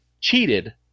cheated